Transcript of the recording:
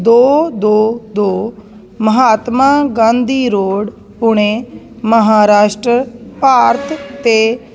ਦੋ ਦੋ ਦੋ ਮਹਾਤਮਾ ਗਾਂਧੀ ਰੋਡ ਪੁਣੇ ਮਹਾਰਾਸ਼ਟਰ ਭਾਰਤ 'ਤੇ